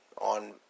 on